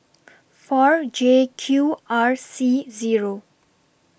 four J Q R C Zero